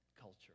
culture